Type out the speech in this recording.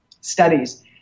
studies